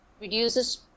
reduces